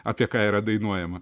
apie ką yra dainuojama